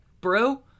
bro